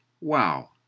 Wow